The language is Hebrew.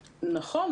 נכון.